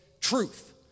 truth